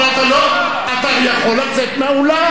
אבל אתה יכול לצאת מהאולם.